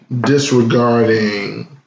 disregarding